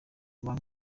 nkuru